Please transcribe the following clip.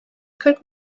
kırk